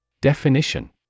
Definition